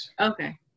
Okay